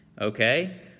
Okay